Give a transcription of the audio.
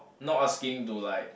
not asking to like